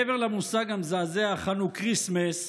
מעבר למושג המזעזע "חנוכריסמס",